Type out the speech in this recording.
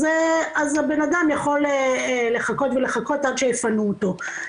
אז הבנאדם יכול לחכות ולחכות עד שיפנו אותו.